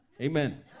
Amen